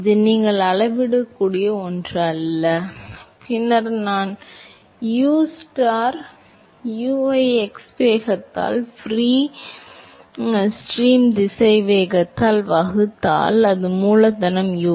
இது நீங்கள் அளவிடக்கூடிய ஒன்று அல்ல பின்னர் நான் உஸ்டார் u ஐ x கூறு வேகத்தால் ப்ரீ ஸ்ட்ரீம் திசைவேகத்தால் வகுத்தால் அது மூலதனம் U